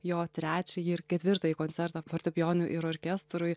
jo trečiąjį ir ketvirtąjį koncertą fortepijonui ir orkestrui